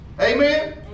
Amen